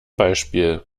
beispiel